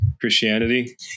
christianity